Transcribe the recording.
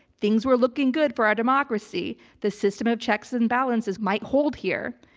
things were looking good for our democracy. the system of checks and balances might hold here,